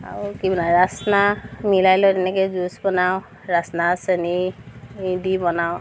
আৰু কি বনায় ৰাচনা মিলাই লৈ তেনেকৈ জুচ বনাওঁ ৰাচনা চেনি দি বনাওঁ